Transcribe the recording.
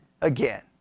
again